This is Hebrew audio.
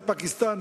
ופקיסטן,